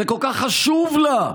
זה כל כך חשוב לה,